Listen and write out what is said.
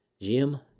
Jim